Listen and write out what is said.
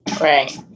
Right